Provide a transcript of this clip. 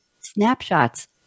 Snapshots